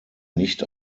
nicht